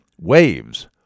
Waves